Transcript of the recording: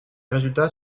résultats